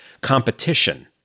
competition